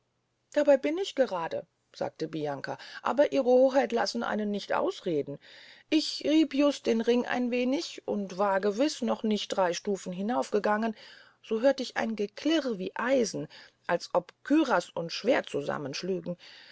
wissen dabey bin ich grade sagte bianca aber ihre hoheit lassen einen nicht ausreden ich rieb just den ring ein wenig und war gewiß noch nicht drey stufen hinaufgestiegen so hört ich ein geklirr wie eisen als ob küraß und schwerdt